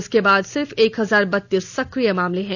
इसके बाद सिर्फ एक हजार बत्तीस सक्रिय मामले हैं